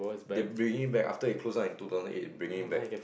they bringing it back after they close down in two thousand eight they bringing it back